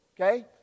okay